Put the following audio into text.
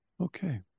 Okay